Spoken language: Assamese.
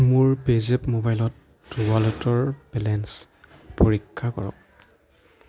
মোৰ পে'জেপ ম'বাইলত ৱালেটৰ বেলেঞ্চ পৰীক্ষা কৰক